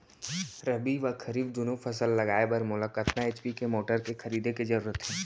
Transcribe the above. रबि व खरीफ दुनो फसल लगाए बर मोला कतना एच.पी के मोटर खरीदे के जरूरत हे?